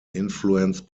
influenced